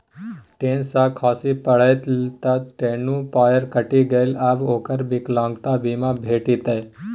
ten सँ खसि पड़लै त दुनू पयर कटि गेलै आब ओकरा विकलांगता बीमा भेटितै